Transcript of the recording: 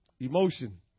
Emotion